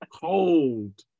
cold